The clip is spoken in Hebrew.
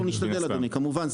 כמובן.